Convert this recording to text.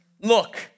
Look